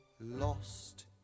lost